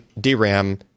DRAM